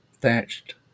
thatched